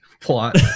plot